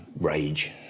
rage